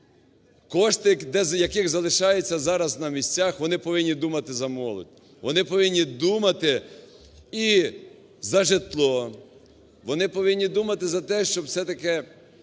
кошти яких залишаються зараз на місцях, вони повинні думати за молодь, вони повинні думати і за житло. Вони повинні думати за те, щоб все-таки